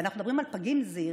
ואנחנו מדברים על פגים זעירים,